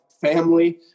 family